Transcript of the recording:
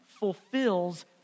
fulfills